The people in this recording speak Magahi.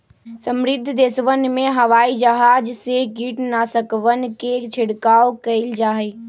समृद्ध देशवन में हवाई जहाज से कीटनाशकवन के छिड़काव कइल जाहई